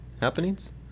Happenings